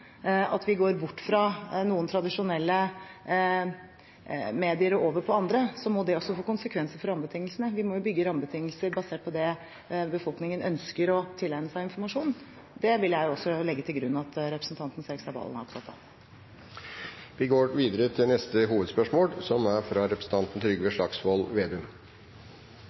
vi går bort fra noen tradisjonelle medier og over på andre, må det også få konsekvenser for rammebetingelsene. Vi må jo bygge rammebetingelser basert på det befolkningen ønsker å tilegne seg av informasjon. Det vil jeg også legge til grunn at representanten Serigstad Valen er opptatt av. Vi går videre til neste hovedspørsmål. Siden statsråd Jensen er